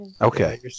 Okay